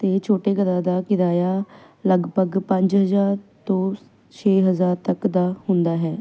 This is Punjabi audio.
ਤੇ ਛੋਟੇ ਘਰਾਂ ਦਾ ਕਿਰਾਇਆ ਆ ਲਗਭਗ ਪੰਜ ਹਜਾਰ ਤੋਂ ਛੇ ਹਜਾਰ ਤੱਕ ਦਾ ਹੁੰਦਾ ਹੈ